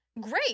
great